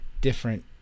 different